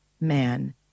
man